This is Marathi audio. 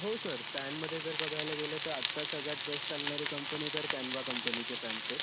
हो सर फॅनमध्ये जर बघायला गेलं तर आत्ता सगळ्यात बेस् चालणारी कंपनी तर कॅन्वा कंपनीचे फॅन्स आहेत